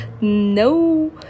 No